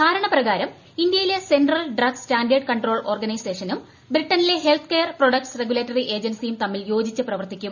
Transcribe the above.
ധാരണപ്രകാരം ഇന്ത്യയിലെ central drugs standard control ഓർഗനൈസേഷനും ബ്രിട്ടനിലെ ഹെൽത്ത് കെയർ പ്രൊഡക്ട്സ് റെഗുലേറ്ററി ഏജൻസിയും തമ്മിൽ യോജിച്ച് പ്രവർത്തിക്കും